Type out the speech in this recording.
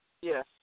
Yes